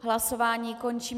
Hlasování končím.